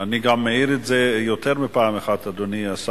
5807, 5810 ו-5819.